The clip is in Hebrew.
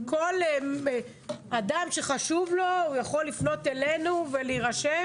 כל אדם שחשוב לו יכול לפנות אלינו ולהירשם